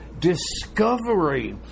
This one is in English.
discovery